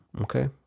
okay